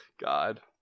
God